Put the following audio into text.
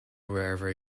wherever